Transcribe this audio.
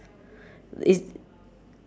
it's